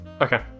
Okay